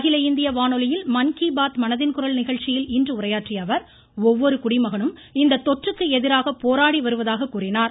அகில இந்திய வானொலியில் மன் கி பாத் மனதின்குரல் நிகழ்ச்சியில் இன்று உரையாற்றிய அவர் ஒவ்வொரு குடிமகனும் இந்த தொற்றுக்கு எதிராக போராடி வருவதாக கூறினார்